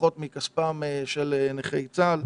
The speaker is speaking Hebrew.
ופחות מכספם של נכי צה"ל.